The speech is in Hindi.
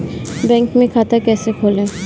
बैंक में खाता कैसे खोलें?